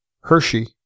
Hershey